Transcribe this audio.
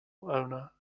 owner